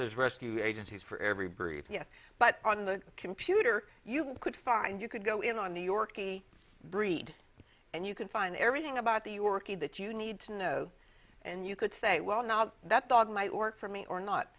there's rescue agencies for every breed yes but on the computer you could find you could go in on new york breed and you can find everything about the yorkie that you need to know and you could say well not that dog might work for me or not